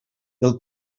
del